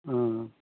অঁ